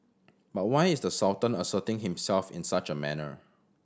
but why is the Sultan asserting himself in such a manner